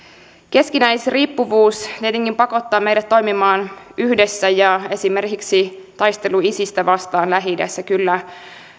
keskinäisriippuvuus tietenkin pakottaa meidät toimimaan yhdessä ja esimerkiksi taistelu isistä vastaan lähi idässä kyllä